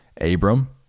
Abram